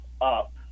up